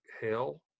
hell